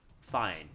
fine